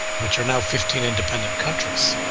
which are now fifteen independent countries.